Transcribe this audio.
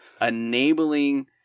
enabling